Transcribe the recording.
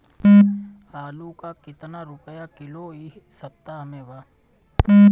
आलू का कितना रुपया किलो इह सपतह में बा?